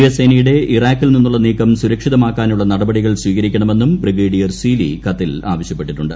S സേനയുടെ ഇറാഖിൽ നിന്നുള്ള നീക്കം സുരക്ഷിതമാക്കാനുള്ള നടപടികൾ സ്വീകരിക്കണമെന്നും ബ്രിഗേഡിയർ സീലി കത്തിൽ ആവശ്യപ്പെട്ടിട്ടുണ്ട്